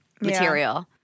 material